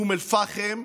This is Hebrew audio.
באום אל-פחם,